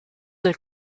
del